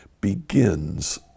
begins